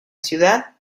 ciudad